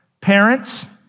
parents